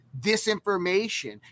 disinformation